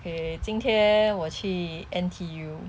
eh 今天我去 N_T_U